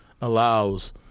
allows